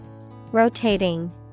Rotating